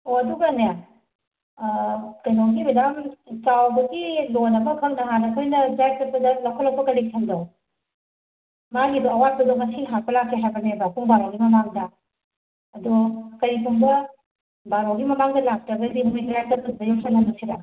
ꯑꯣ ꯑꯗꯨꯒꯅꯦ ꯀꯩꯅꯣꯅꯦ ꯃꯦꯗꯥꯝ ꯆꯥꯎꯕꯒꯤ ꯂꯣꯟ ꯑꯃꯈꯛ ꯅꯍꯥꯟ ꯑꯩꯈꯣꯏꯅ ꯗ꯭ꯔꯥꯏꯕ ꯆꯠꯄꯗ ꯂꯧꯈꯠꯂꯛꯄ ꯀꯂꯦꯛꯁꯟꯗꯣ ꯃꯥꯒꯤꯗꯣ ꯑꯋꯥꯠꯄꯗꯣ ꯉꯁꯤ ꯍꯥꯞꯄ ꯂꯥꯛꯀꯦ ꯍꯥꯏꯕꯅꯦꯕ ꯄꯨꯡ ꯕꯥꯔꯣꯒꯤ ꯃꯃꯥꯡꯗ ꯑꯗꯣ ꯀꯔꯤꯒꯨꯝꯕ ꯕꯥꯔꯣꯒꯤ ꯃꯃꯥꯡꯗ ꯂꯥꯛꯇ꯭ꯔꯒꯗꯤ ꯃꯣꯏ ꯗ꯭ꯔꯥꯏꯕ ꯆꯠꯄꯗꯨꯗ ꯌꯧꯁꯜꯍꯟꯂꯛꯁꯤꯔꯥ